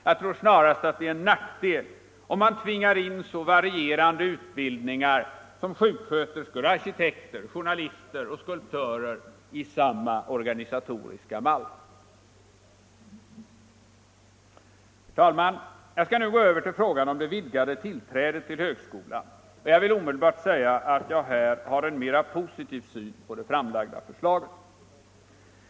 Jag tror snarast att det är en nackdel om man tvingar in så varierande utbildningskategorier som sjuksköterskor, arkitekter, journalister och skulptörer i samma organisatoriska mall. Herr talman! Jag skall nu gå över till frågan om det vidgade tillträdet till högskolan, och jag vill då omedelbart säga att jag där har en mera positiv syn på det framlagda förslaget.